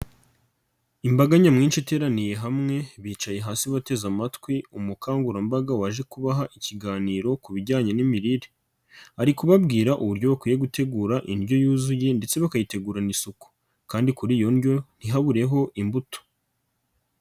Imbaga nyamwinshi iteraniye hamwe bicaye hasi bateze amatwi umukangurambaga waje kubaha ikiganiro ku bijyanye n'imirire, ari kubabwira uburyo bakwiye gutegura indyo yuzuye ndetse bakayitegurana isuku kandi kuri iyo ndyo ntihabureho imbuto.